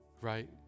Right